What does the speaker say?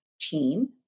team